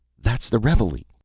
that's the reveille.